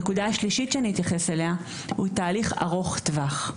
הנקודה השלישית שאני אתייחס אליה הוא תהליך ארוך טווח.